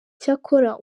cyakora